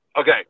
Okay